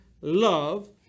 love